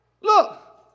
Look